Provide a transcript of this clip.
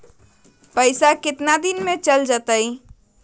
पैसा कितना दिन में चल जतई?